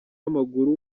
w’amaguru